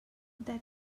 that